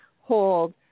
hold